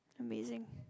amazing